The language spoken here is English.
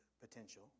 potential